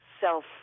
self